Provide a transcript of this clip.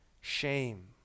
shame